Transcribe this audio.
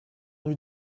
rue